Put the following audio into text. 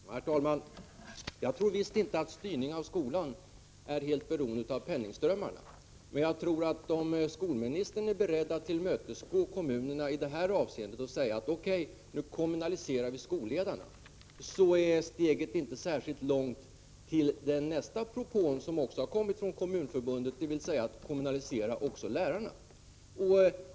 Herr talman! Jag tror visst inte att styrningen av skolan är helt beroende av penningströmmarna. Men jag tror att om skolministern är beredd att tillmötesgå kommunerna i så måtto att han säger O.K. till att kommunalisera skolledarna, är steget inte särskilt långt till nästa propå, som också kommit från Kommunförbundet, dvs. att kommunalisera också lärarna.